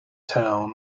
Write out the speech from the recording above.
town